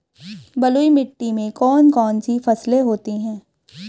बलुई मिट्टी में कौन कौन सी फसलें होती हैं?